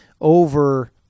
over